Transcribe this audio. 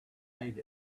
ate